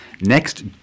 next